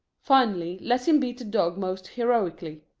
finally let him beat the dog most heroically.